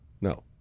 No